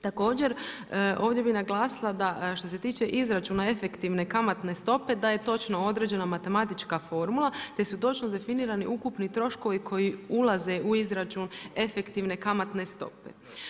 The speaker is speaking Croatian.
Također, ovdje bih naglasila da što se tiče izračuna efektivne kamatne stope da je točno određena matematička formula, te su točno definirani ukupni troškovi koji ulaze u izračun efektivne kamatne stope.